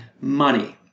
money